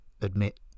admit